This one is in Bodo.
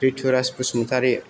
रितुराज बसुमतारि